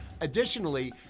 Additionally